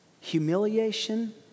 humiliation